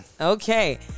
okay